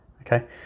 okay